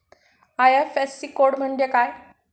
IFSC code म्हणजे काय?